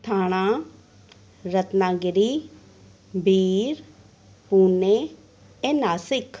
थाणा रत्नागिरी बीर पुने ऐं नासिक